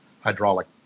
hydraulic